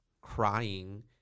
crying